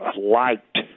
liked